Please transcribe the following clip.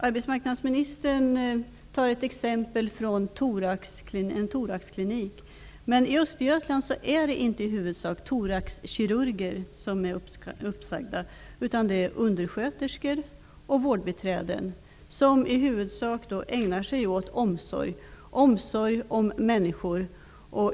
Arbetsmarknadsministern tar ett exempel från en thoraxklinik, men i Östergötland är det inte i huvudsak thoraxkirurger som är uppsagda utan det är undersköterskor och vårdbiträden, som huvudsakligen ägnar sig åt omsorg om människor.